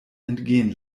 entgehen